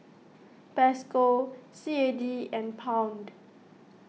Peso C A D and Pound